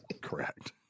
correct